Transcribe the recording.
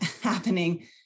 happening